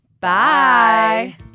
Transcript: Bye